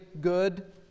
good